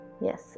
Yes